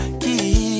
key